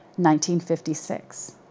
1956